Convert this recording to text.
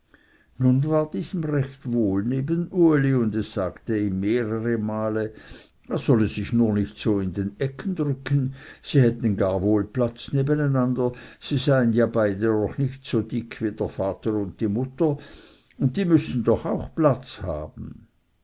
nun war diesem recht wohl neben uli und es sagte ihm mehrere male er solle sich nur nicht so in den ecken drücken sie hätten gar wohl platz nebeneinander sie seien ja beide noch nicht so dick wie der vater und die mutter und die müßten doch auch platz haben